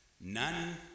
none